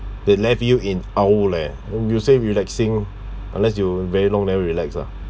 that left you in awe leh you say relaxing unless you very long never relax lah